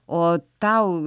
o tau